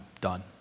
done